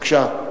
בבקשה.